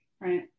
Right